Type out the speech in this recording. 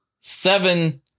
seven